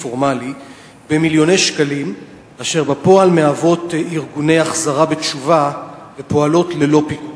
פורמלי אשר בפועל מהוות ארגוני החזרה בתשובה ופועלות ללא פיקוח.